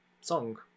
song